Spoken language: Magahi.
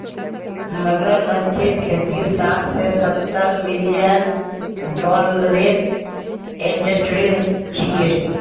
मगरमच्छेर खेती साठ स सत्तर मिलियन डॉलरेर इंडस्ट्री छिके